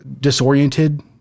disoriented